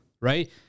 right